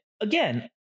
again